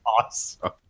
awesome